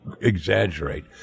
exaggerate